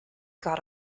got